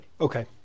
Okay